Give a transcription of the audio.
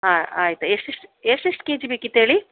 ಹಾಂ ಆಯ್ತು ಎಷ್ಟು ಎಷ್ಟು ಎಷ್ಟು ಎಷ್ಟು ಕೆಜಿ ಬೇಕಿತ್ತು ಹೇಳಿ